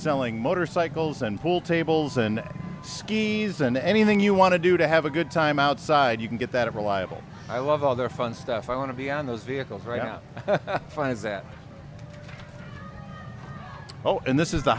selling motorcycles and pool tables and skis and anything you want to do to have a good time outside you can get that reliable i love all their fun stuff i want to be on those vehicles right now finds that oh and this is the